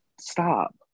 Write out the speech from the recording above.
stop